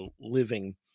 living